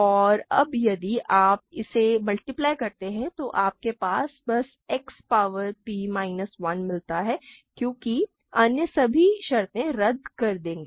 और अब यदि आप इसे मल्टीप्लाई करते हैं तो आपको बस X पावर p माइनस 1 मिलता है क्योंकि अन्य सभी शर्तें रद्द कर देंगे